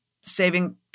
saving